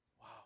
Wow